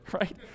right